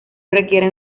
requieren